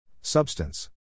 Substance